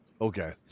Okay